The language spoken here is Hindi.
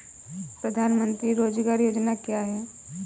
प्रधानमंत्री रोज़गार योजना क्या है?